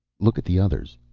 look at the others,